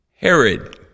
Herod